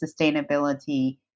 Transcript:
sustainability